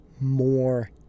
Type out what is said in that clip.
more